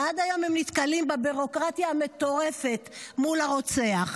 ועד היום הם נתקלים בביורוקרטיה המטורפת מול הרוצח.